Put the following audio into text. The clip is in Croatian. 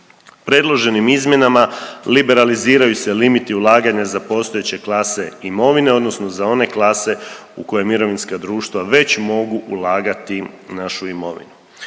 Predloženim izmjenama liberaliziraju se limiti ulaganja za postojeće klase imovine odnosno za one klase u koja mirovinska društva već mogu ulagati našu imovinu.